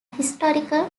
historical